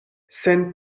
sen